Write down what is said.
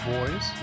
Boys